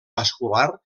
vascular